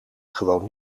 gewoon